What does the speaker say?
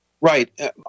Right